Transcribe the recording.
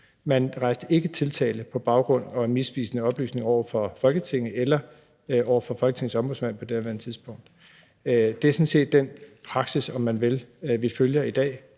Man rejste ikke tiltale på baggrund af misvisende oplysninger over for Folketinget eller over for Folketingets Ombudsmand på daværende tidspunkt. Det er sådan set den praksis, om man vil, vi følger i dag.